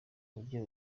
kuburyo